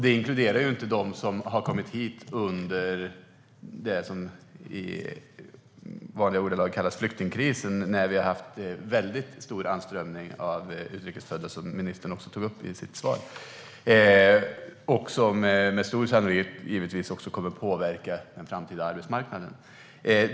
Det inkluderar inte dem som har kommit hit under det som i vanliga ordalag kallas flyktingkrisen, när vi har haft en väldigt stor inströmning av utrikes födda, som ministern också tog upp i sitt svar. Det kommer givetvis också med stor sannolikhet att påverka den framtida arbetsmarknaden.